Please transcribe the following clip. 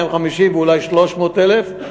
250,000 ואולי 300,000 אנשים,